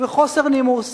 וחוסר נימוס,